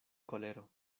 kolero